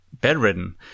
bedridden